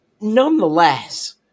nonetheless